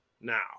now